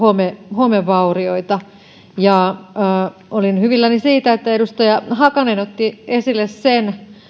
homevaurioita olin hyvilläni siitä että edustaja hakanen otti esille sen